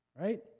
Right